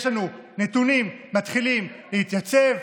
יש לנו נתונים שמתחילים להתייצב,